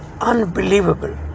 unbelievable